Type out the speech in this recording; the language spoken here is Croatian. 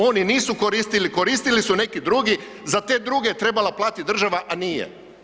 Oni nisu koristili, koristili su neki druge, za te druge trebala platiti država, a nije.